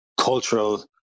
cultural